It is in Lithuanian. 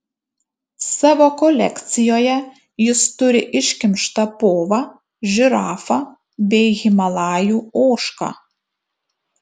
savo kolekcijoje jis turi iškimštą povą žirafą bei himalajų ožką